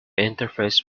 interface